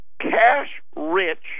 Cash-rich